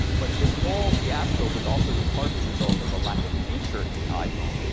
but this whole fiasco was also in part the result of a lack of feature in the iphone,